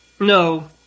No